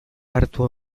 hartu